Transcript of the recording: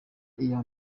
iya